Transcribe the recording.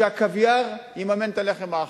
שהקוויאר יממן את הלחם האחיד,